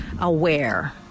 aware